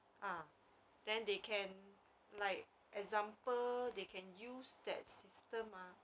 ah then they can like example they can use that system ah